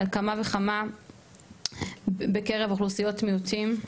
על אחת כמה וכמה בקרב אוכלוסיות מיעוטים.